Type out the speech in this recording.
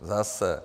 Zase.